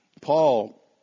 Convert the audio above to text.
Paul